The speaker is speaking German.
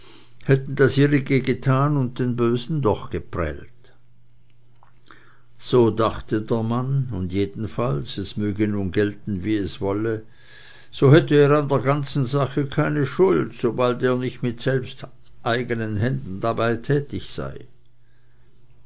hätten das ihre getan und den bösen doch geprellt so dachte der mann und jedenfalls es möge nun gehen wie es wolle so hätte er an der ganzen sache keine schuld sobald er nicht mit selbsteigenen händen dabei tätig sei